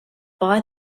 buy